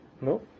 No